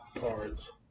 cards